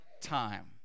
time